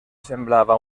semblava